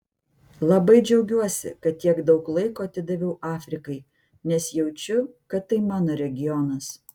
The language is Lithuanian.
labai džiaugiuosi kad tiek daug laiko atidaviau afrikai nes jaučiu kad tai mano regionas